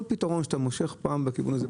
כל פתרון שאתה מושך פעם בכיוון הזה,